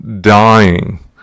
dying